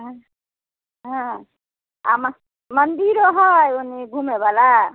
आँय हँ आ मंदिर है ओने घूमै बला